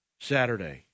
Saturday